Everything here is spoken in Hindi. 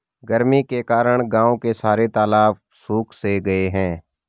गर्मी के कारण गांव के सारे तालाब सुख से गए हैं